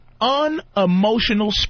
unemotional